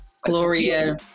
Gloria